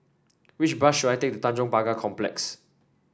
which bus should I take to Tanjong Pagar Complex